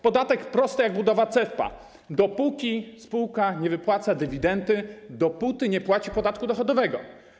Podatek prosty jak budowa cepa: dopóki spółka nie wypłaca dywidendy, dopóty nie płaci podatku dochodowego.